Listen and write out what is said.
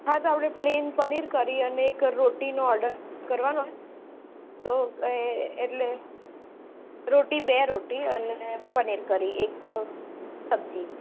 હા તો આપણે પ્લેન પનીર કરી અને એક રોટીનો ઓડર કરવાનો છે તો એટલે રોટી બે રોટી અને પનીર કરી એક સબ્જી